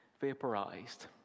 vaporized